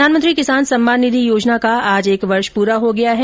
प्रधानमंत्री किसान सम्मान निधि योजना का आज एक वर्ष पूरा हो गया है